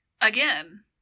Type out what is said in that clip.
again